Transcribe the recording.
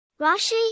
Rashi